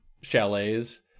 chalets